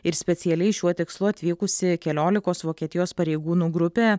ir specialiai šiuo tikslu atvykusi keliolikos vokietijos pareigūnų grupė